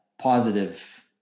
positive